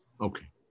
Okay